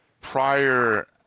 prior